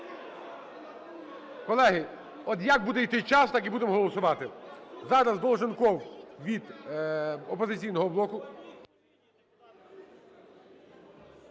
Колеги, от як буде іти час, так і будемо голосувати. Зараз Долженков від "Опозиційного блоку".